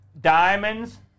diamonds